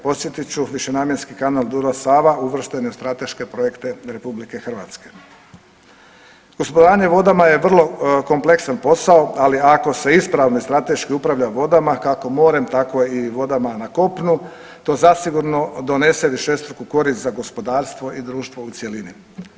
Podsjetit ću, višenamjenski kanal Dunav-Sava uvršten je u strateške projekte RH. … [[Govornik se ne razumije]] vodama je vrlo kompleksan posao, ali ako se ispravno i strateški upravlja vodama , kako morem tako i vodama na kopnu to zasigurno donese višestruku korist za gospodarstvo i društvo u cjelinu.